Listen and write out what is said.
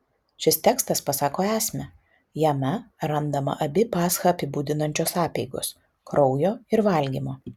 šis tekstas pasako esmę jame randama abi paschą apibūdinančios apeigos kraujo ir valgymo